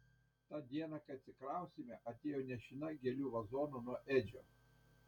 tą dieną kai atsikraustėme atėjo nešina gėlių vazonu nuo edžio